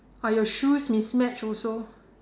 are your shoes mismatched also